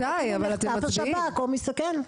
מתי, אבל אתם מצביעים?